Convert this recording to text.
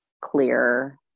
clear